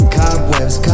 cobwebs